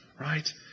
Right